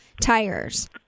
tires